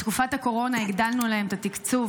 בתקופת הקורונה הגדלנו להם את התקצוב,